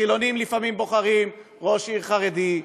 חילונים לפעמים בוחרים בראש עיר חרדי,